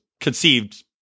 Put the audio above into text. conceived